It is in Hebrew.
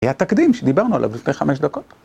היה תקדים שדיברנו עליו לפני חמש דקות.